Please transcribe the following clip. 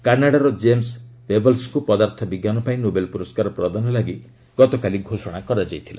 କାନାଡାର କେମ୍ସ୍ ପେବଲ୍ୱଙ୍କୁ ପଦାର୍ଥ ବିଜ୍ଞାନ ପାଇଁ ନୋବେଲ ପୁରସ୍କାର ପ୍ରଦାନ ଲାଗି ଗତକାଲି ଘୋଷଣା କରାଯାଇଥିଲା